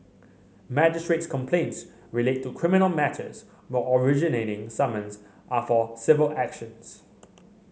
magistrate's complaints relate to criminal matters while originating summons are for civil actions